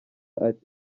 ati